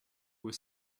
were